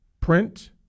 print